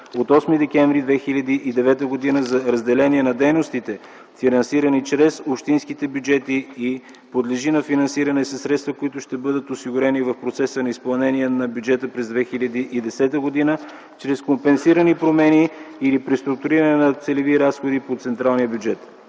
от 8 декември м.г. за разделение на дейностите, финансирани чрез общинските бюджети, и подлежи на финансиране със средства, които ще бъдат осигурени в процеса на изпълнение на бюджета през 2010 г., чрез компенсирани промени или преструктуриране на целеви разходи по централния бюджет.